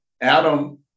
Adam